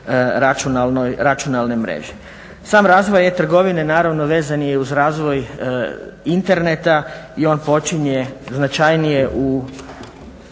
računalne mreže. Sam razvoj e-trgovine naravno vezan je i uz razvoj interneta i on počinje značajnije u